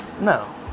No